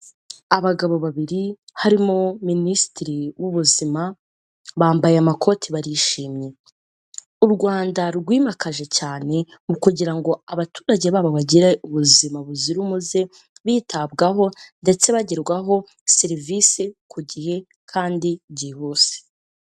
Abagabo babiri harimo Minisitiri w'Ubuzima bambaye amakoti barishimye, u Rwanda rwimakaje cyane mu kugira ngo abaturage babo bagire ubuzima buzira umuze, bitabwaho ndetse bagerwaho serivisi ku gihe kandi byihuse.